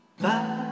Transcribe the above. Bye